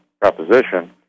proposition